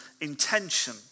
intention